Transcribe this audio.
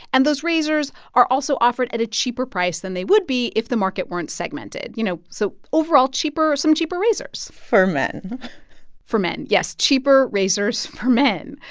and those razors are also offered at a cheaper price than they would be if the market weren't segmented. you know, so overall, cheaper some cheaper razors for men for men. yes, cheaper razors for men.